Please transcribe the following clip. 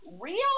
real